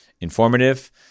informative